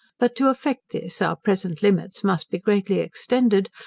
but to effect this, our present limits must be greatly extended,